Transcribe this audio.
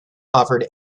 offered